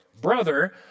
brother